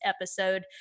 episode